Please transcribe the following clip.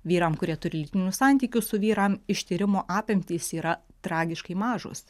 vyram kurie turi lytinių santykių su vyram ištyrimo apimtys yra tragiškai mažos